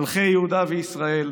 מלכי יהודה וישראל,